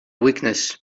weakness